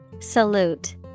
Salute